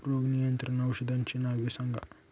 रोग नियंत्रण औषधांची नावे सांगा?